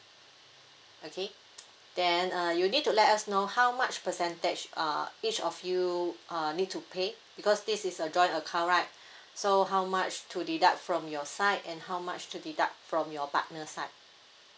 okay then uh you need to let us know how much percentage uh each of you uh need to pay because this is a joint account right so how much to deduct from your side and how much to deduct from your partner side